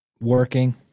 working